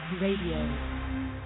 Radio